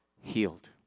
healed